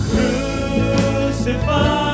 Crucified